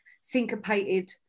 syncopated